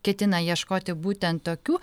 ketina ieškoti būtent tokių